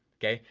okay,